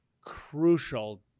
crucial